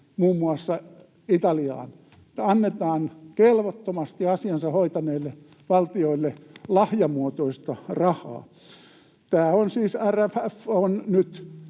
muun muassa Italiaan — annetaan kelvottomasti asiansa hoitaneille valtioille lahjamuotoista rahaa. Tämä RRF on siis nyt